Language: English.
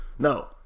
No